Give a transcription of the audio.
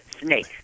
Snake